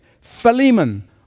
Philemon